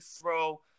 throw